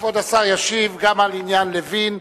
כבוד השר ישיב גם על עניין לוין,